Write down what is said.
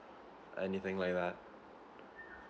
anything like that